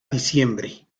diciembre